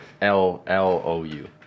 L-L-O-U